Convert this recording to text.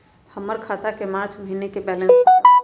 हमर खाता के मार्च महीने के बैलेंस के बताऊ?